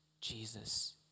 Jesus